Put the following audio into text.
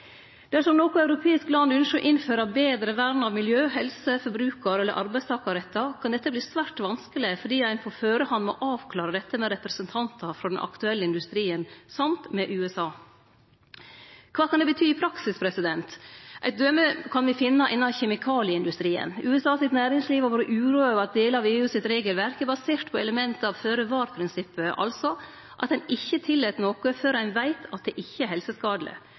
Dersom noko europeisk land ynskjer å innføre betre vern av miljø, helse, forbrukar- eller arbeidstakarrettar, kan dette verte svært vanskeleg, fordi ein på førehand må «avklare» dette med representantar frå den aktuelle industrien, og med USA. Kva kan det bety i praksis? Eit døme kan me finne innan kjemikalieindustrien. USA sitt næringsliv har vore uroa over at delar av EUs regelverk er basert på element av føre-var-prinsippet, altså at ein ikkje tillèt noko før ein veit at det ikkje er helseskadeleg.